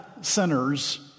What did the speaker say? sinners